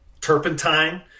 turpentine